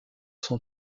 son